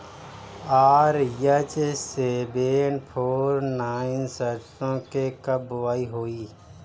RH seven four nine सरसो के कब बुआई होई?